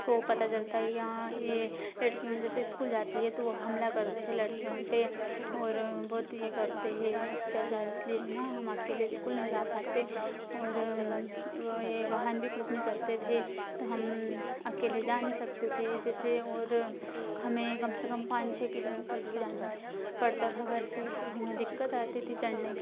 को पता चलता है यहाँ यह लड़कियों जैसे स्कूल जाती है तो वह हमला करते थे लड़कियों पर और बहुत ये करते हे अत्याचार इसलिए ना हम अकेले स्कूल नहीं जा पाते और वो यह वाहन भी कुछ नहीं चलते थे तो हम अकेले जा नहीं सकते थे जैसे और हमें कम से कम पाँच छः किलोमीटर दूर जाना पड़ता था घर से तो हमें दिक्कत आती थी चढ़ने